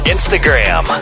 Instagram